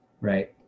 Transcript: right